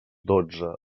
dotze